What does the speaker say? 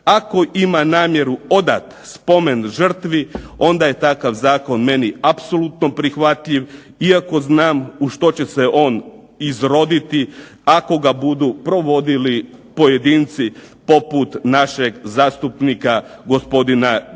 Ako ima namjeru odati spomen žrtvi onda je takav zakon meni apsolutno prihvatljiv iako znam u što će se on izroditi ako ga budu provodili pojedinci poput našeg zastupnika gospodina Đakića.